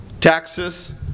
taxes